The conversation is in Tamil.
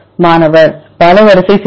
மாணவர் பல வரிசை சீரமைப்பு